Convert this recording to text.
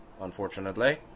unfortunately